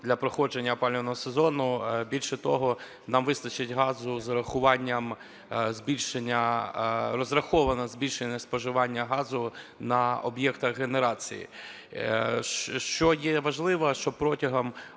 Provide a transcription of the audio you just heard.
для проходження опалювального сезону. Більше того, нам вистачить газу з урахуванням збільшення, розраховано збільшення споживання газу на об'єктах генерації. Що є важливо, що протягом